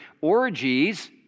orgies